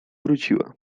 wróciła